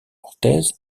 orthez